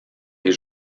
les